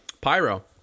Pyro